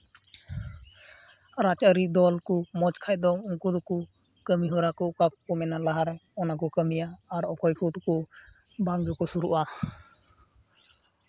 ᱨᱟᱡᱽᱼᱟᱹᱨᱤ ᱫᱚᱞ ᱠᱩ ᱢᱚᱡᱽ ᱠᱷᱟᱡ ᱫᱚ ᱩᱱᱠᱩ ᱫᱚᱠᱩ ᱠᱟᱹᱢᱤᱦᱚᱨᱟ ᱠᱩᱱ ᱚᱠᱟ ᱫᱚ ᱢᱮᱱᱟᱜ ᱞᱟᱦᱟ ᱨᱮ ᱚᱱᱟ ᱠᱚ ᱠᱟᱹᱢᱤᱭᱟ ᱟᱨ ᱚᱠᱚᱭ ᱠᱚ ᱫᱚᱠᱩ ᱵᱟᱝ ᱜᱮᱠᱚ ᱥᱩᱨᱩᱜᱼᱟ